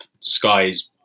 Sky's